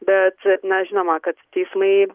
bet mes žinoma kad teismai